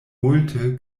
multe